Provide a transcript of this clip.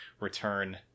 return